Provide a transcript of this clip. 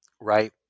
right